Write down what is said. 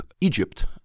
Egypt